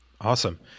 Awesome